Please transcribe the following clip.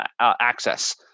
access